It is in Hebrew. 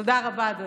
תודה רבה, אדוני.